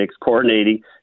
coordinating